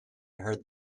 heard